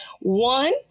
one